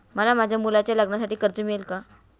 मला माझ्या मुलाच्या लग्नासाठी कर्ज मिळेल का?